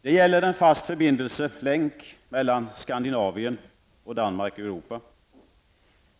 Det gäller en fast förbindelselänk mellan Skandinavien och Danmark och övriga Europa.